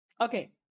Okay